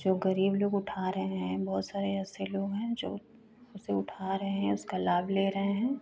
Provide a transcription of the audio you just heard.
जो गरीब लोग उठा रहे हैं बहुत सारे ऐसे लोग हैं जो उसे उठा रहे हैं उसका लाभ ले रहे हैं